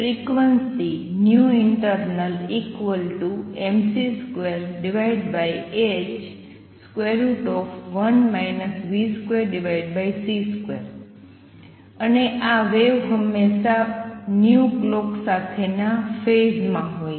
અને પછી frequency internal mc2h1 v2c2 અને આ વેવ હંમેશાં clock સાથે ના ફેઝ માં હોય છે